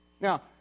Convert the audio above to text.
Now